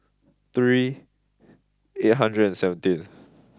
three eight hundred and seventeen